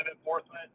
enforcement